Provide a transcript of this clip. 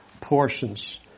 portions